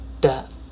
death